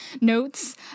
notes